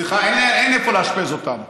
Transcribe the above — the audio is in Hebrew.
סליחה, אין איפה לאשפז אותם.